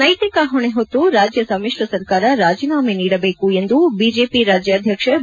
ನೈತಿಕ ಹೊಣೆ ಹೊತ್ತು ರಾಜ್ಯ ಸಮಿಶ್ರ ಸರ್ಕಾರ ರಾಜೀನಾಮೆ ನೀಡಬೇಕು ಎಂದು ಬಿಜೆಪಿ ರಾಜ್ಯಾಧ್ಯಕ್ಷ ಬಿ